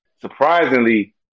surprisingly